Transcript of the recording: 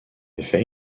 effet